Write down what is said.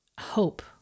hope